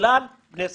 בגלל בני סכנין.